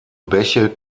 bäche